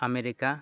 America